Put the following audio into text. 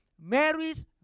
Mary's